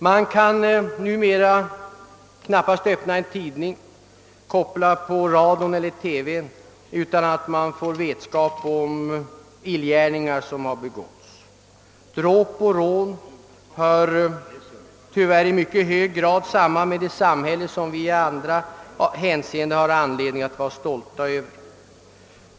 Man kan numera knappast öppna en dagstidning, koppla på radio eller TV utan att få vetskap om illgärningar som har begåtts. Dråp och rån hör tyvärr i mycket hög grad samman med det samhälle som vi i andra hänsenden har anledning att vara stolta över.